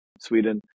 Sweden